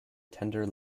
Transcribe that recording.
tender